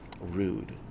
rude